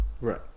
Right